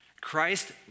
Christ